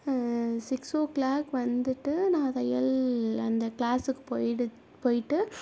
six o'clock வந்துட்டு நான் தையல் அந்த கிளாஸுக்கு போயிடு போயிட்டு